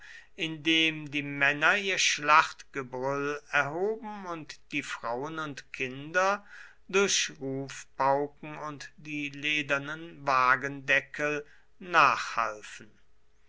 indem die männer ihr schlachtgebrüll erhoben und die frauen und kinder durch rufpauken auf die ledernen wagendeckel nachhalfen